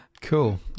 cool